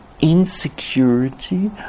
insecurity